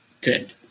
good